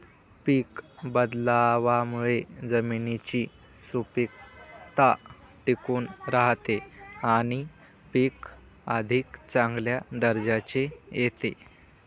पीक बदलावामुळे जमिनीची सुपीकता टिकून राहते आणि पीक अधिक चांगल्या दर्जाचे येते